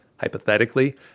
hypothetically